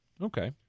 Okay